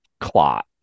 clot